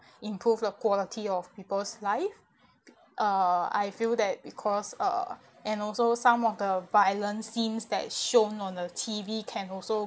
improve the quality of people's life uh I feel that because uh and also some of the violence things that shown on the T_V can also